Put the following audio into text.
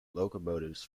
locomotives